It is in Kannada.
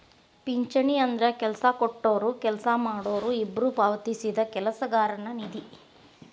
ಪಿಂಚಣಿ ಅಂದ್ರ ಕೆಲ್ಸ ಕೊಟ್ಟೊರು ಕೆಲ್ಸ ಮಾಡೋರು ಇಬ್ಬ್ರು ಪಾವತಿಸಿದ ಕೆಲಸಗಾರನ ನಿಧಿ